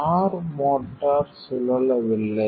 r motor சுழலவில்லை